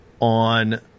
on